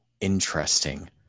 interesting